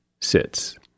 sits